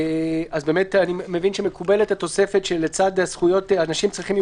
וזה איסור על זכות יסוד של בן אדם, זכות התנועה.